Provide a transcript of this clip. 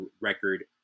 record